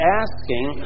asking